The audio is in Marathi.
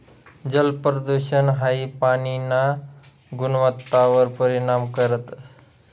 जलप्रदूषण हाई पाणीना गुणवत्तावर परिणाम करस